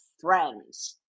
friends